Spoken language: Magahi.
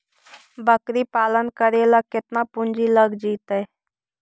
बकरी पालन करे ल केतना पुंजी लग जितै?